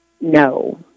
no